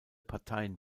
parteien